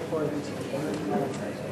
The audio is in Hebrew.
ההצעה להעביר את הצעת חוק המאבק בתופעת השכרות (הוראת שעה),